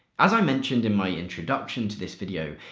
as i mentioned in my introduction to this video,